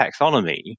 taxonomy